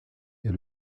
est